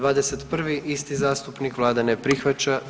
21. isti zastupnik, Vlada ne prihvaća.